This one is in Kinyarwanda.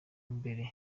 mbere